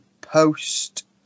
post